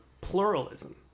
pluralism